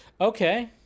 Okay